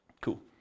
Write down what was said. Cool